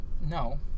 No